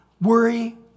worry